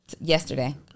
Yesterday